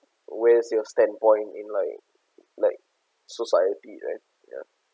where's your standpoint in like like society right ya